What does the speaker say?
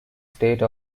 state